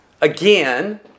again